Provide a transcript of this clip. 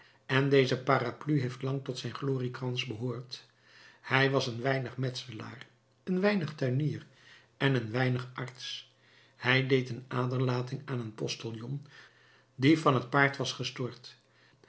en deze parapluie heeft lang tot zijn gloriekrans behoord hij was een weinig metselaar een weinig tuinier en een weinig arts hij deed een aderlating aan een postillon die van het paard was gestort